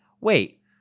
Wait